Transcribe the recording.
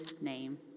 name